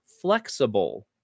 flexible